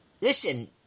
listen –